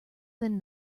then